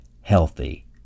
healthy